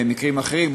במקרים אחרים,